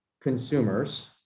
consumers